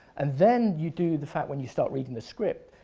and then you do the fact when you start reading the script,